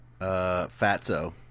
Fatso